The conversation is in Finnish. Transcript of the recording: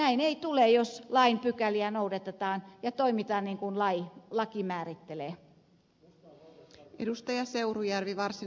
näin ei tule jos lain pykäliä noudatetaan ja toimitaan niin kuin laki määrittelee